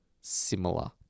similar